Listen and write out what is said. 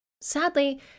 Sadly